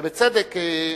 בצדק,